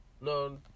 No